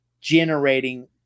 generating